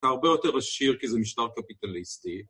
אתה הרבה יותר עשיר כי זה משטר קפיטליסטי.